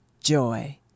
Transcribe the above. joy